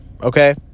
okay